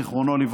ז"ל,